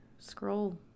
Scroll